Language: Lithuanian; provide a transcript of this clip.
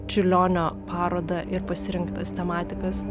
čiurlionio parodą ir pasirinktas tematikas